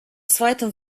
zweiten